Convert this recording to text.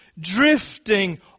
drifting